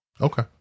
Okay